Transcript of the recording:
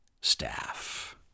staff